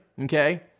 okay